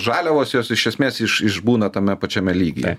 žaliavos jos iš esmės iš išbūna tame pačiame lygyje